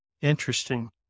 Interesting